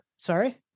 Sorry